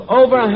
over